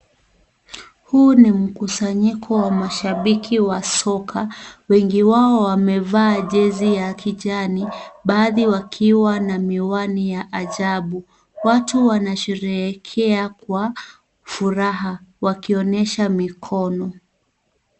Huu ni mkusanyiko wa mashabiki wa soka, wengi wao wamevaa jersey ya kijani, baadhi wakiwa na miwani ya ajabu, watu wanasheherekea kwa furaha wakionyesha mikono.